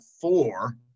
four